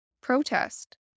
protest